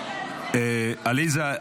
עליזה,